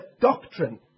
doctrine